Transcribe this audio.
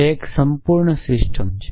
તે એક સંપૂર્ણ સિસ્ટમ છે